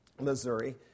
Missouri